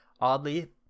Oddly